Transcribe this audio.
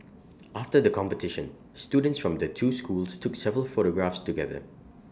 after the competition students from the two schools took several photographs together